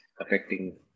affecting